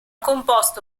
composto